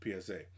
PSA